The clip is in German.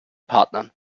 partnern